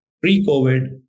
pre-COVID